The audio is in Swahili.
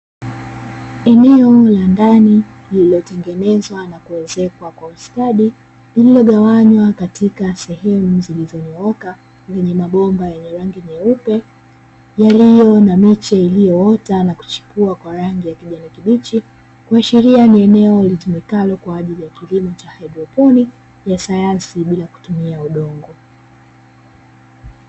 Eneo la ndani lililotengenezwa na kuezekwa kwa ustadi lililogawanywa katika sehemu zilizonyooka zenye mabomba yenye rangi nyeupe ni eneo na miche iliyoota na kuchipua kwa rangi ya kijani kibichi kuashiria ni eneo litumikalo kwa ajili ya kilimo cha haidroponi ya sayansi bila kutumia udongo.